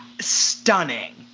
stunning